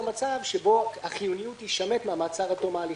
מצב שבו החיונית תישמט מהמעצר עד תום ההליכים.